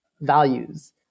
values